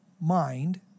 mind